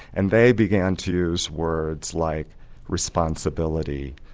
and they began to use words like responsibility,